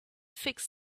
fix